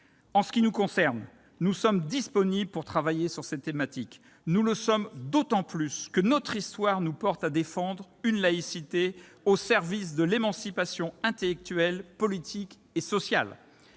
En ce qui nous concerne, nous sommes disponibles pour travailler sur ces sujets. Nous le sommes d'autant plus que notre histoire nous porte à défendre une laïcité au service de l'émancipation intellectuelle, politique et sociale.